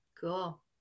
Cool